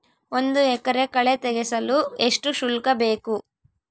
ಒಂದು ಎಕರೆ ಕಳೆ ತೆಗೆಸಲು ಎಷ್ಟು ಶುಲ್ಕ ಬೇಕು?